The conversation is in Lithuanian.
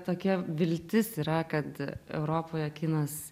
tokia viltis yra kad europoje kinas